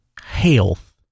Health